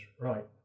Right